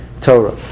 Torah